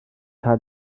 had